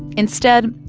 instead,